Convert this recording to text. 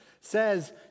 says